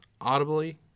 audibly